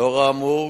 לאור האמור,